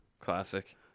Classic